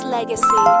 Legacy